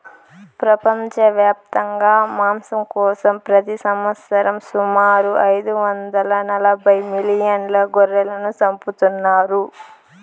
ప్రపంచవ్యాప్తంగా మాంసం కోసం ప్రతి సంవత్సరం సుమారు ఐదు వందల నలబై మిలియన్ల గొర్రెలను చంపుతున్నారు